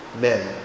Men